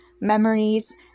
memories